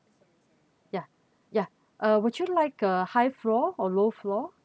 yeah yeah uh would you like uh high floor or low floor